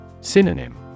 Synonym